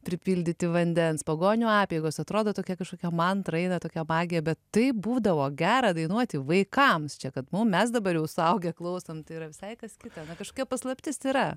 pripildyti vandens pagonių apeigos atrodo tokia kažkokia mantra eina tokia magija bet taip būdavo gera dainuoti vaikams čia kad mum mes dabar jau suaugę klausom tai yra visai kas kita na kažkokia paslaptis yra